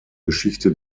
geschichte